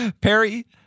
Perry